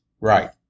Right